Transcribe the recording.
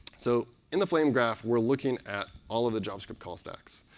so in the flame graph we're looking at all of the javascript call stacks.